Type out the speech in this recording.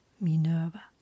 Minerva